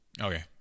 okay